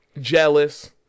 Jealous